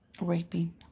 raping